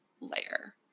layer